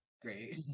Great